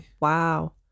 wow